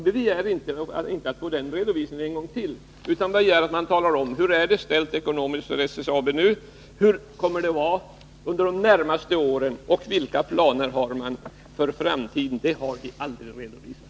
Vi begär inte att få den redovisningen en gång till utan att man talar om hur det är ställt ekonomiskt för SSAB nu, hur det kommer att vara under de närmaste åren och vilka planer man har för framtiden — det har aldrig redovisats.